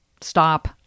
stop